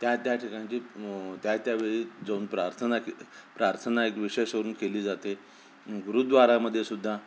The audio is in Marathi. त्या त्या ठिकाणी त्या त्या वेळी जाऊन प्रार्थना के प्रार्थना एक विषय सरून केली जाते गुरुद्वारामध्येसुद्धा